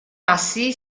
assi